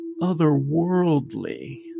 otherworldly